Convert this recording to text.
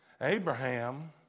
Abraham